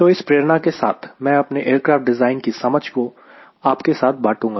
तो इस प्रेरणा के साथ मैं अपनी एयरक्राफ़्ट डिज़ाइन की समझ को आपके साथ बांटूंगा